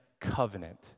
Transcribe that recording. Covenant